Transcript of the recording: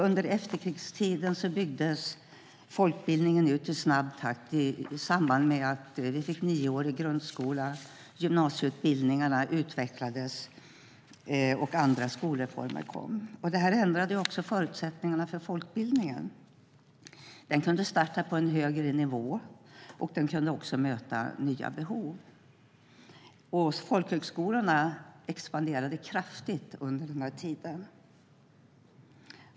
Under efterkrigstiden byggdes folkbildningen ut i snabb takt, och den nioåriga grundskolan infördes och gymnasieutbildningarna utvecklades. Andra skolreformer genomfördes. Det ändrade också förutsättningarna för folkbildningen. Den kunde starta på en högre nivå, och den kunde också möta nya behov. Även folkhögskolorna expanderade kraftigt under denna tid.